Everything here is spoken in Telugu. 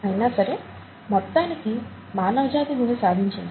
అయినా సరే మొత్తానికి మానవజాతి దీన్ని సాధించింది